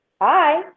Hi